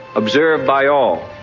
observed by all.